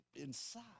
inside